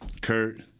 Kurt